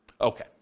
Okay